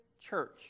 church